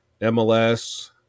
MLS